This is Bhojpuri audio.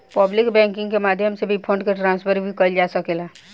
पब्लिक बैंकिंग के माध्यम से भी फंड के ट्रांसफर भी कईल जा सकेला